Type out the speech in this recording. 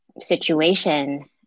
situation